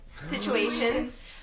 situations